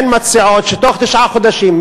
הן מציעות שתוך תשעה חודשים,